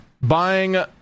buying